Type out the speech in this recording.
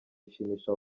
bishimisha